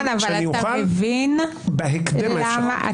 בהקדם האפשרי.